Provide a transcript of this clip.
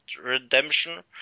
redemption